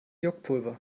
juckpulver